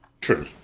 True